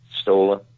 stolen